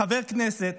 חבר כנסת,